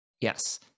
Yes